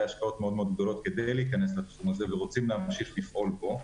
השקעות מאוד גדולות כדי להכנס לתחום הזה ורוצים להמשיך לפעול בו,